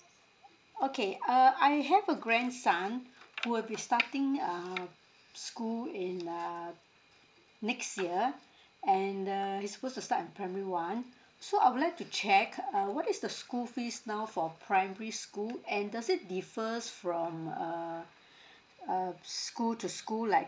okay uh I have a grandson who will be starting uh school in uh next year and uh he's supposed to start in primary one so I would like to check uh what is the school fees now for primary school and does it differs from uh uh school to school like